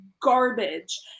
garbage